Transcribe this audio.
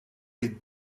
les